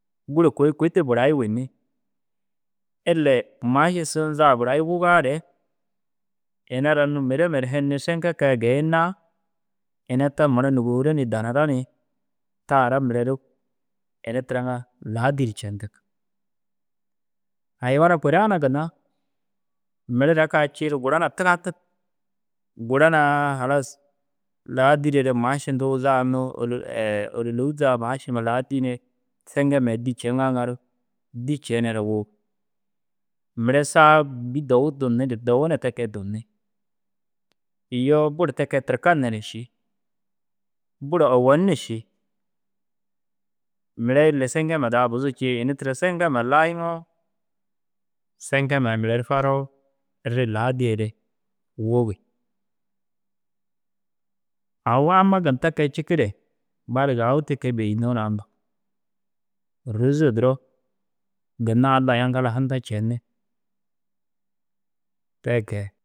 Gûro kôi kudu burayi winni ille maaši sun za burayi wugaare ina ara unnu merema ru henni seŋke kee geenaa ina ta mura nûgoora ni danara ni taa ra mire ru ini tira ŋa laadir centig. Hayiwana kuraa na ginna mire rekaa ciiru gura na tigantig gura na halas ladirere maaši huntuu za unnu ôlolou za maašima laadi ni seŋke mayi dî ceŋa ŋa ru dî cenere wug. Mire saa ru bî dowu dunnu dowu na te kee dunni iyoo buru te kee ti kee tirkane na ši buru owonu ši mire ille seke ma da buzu cii ini tira seŋke ma layiŋoo seŋkemayi mire ru faroo rii ladere wugi u amma duro na ta kaa cikire balik au te kee bênno na allau rôza duro ginna Allayi aŋkala hunta cenne te kee.